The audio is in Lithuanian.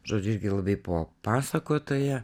žodžiu irgi labai po pasakotoja